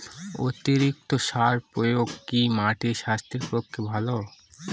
অতিরিক্ত সার প্রয়োগ কি মাটির স্বাস্থ্যের পক্ষে ভালো?